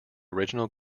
original